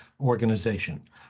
organization